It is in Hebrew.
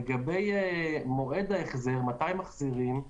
לגבי מתי מחזירים,